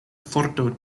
forto